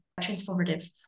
transformative